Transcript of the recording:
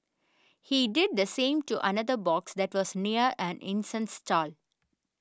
he did the same to another box that was near an incense stall